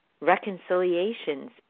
reconciliations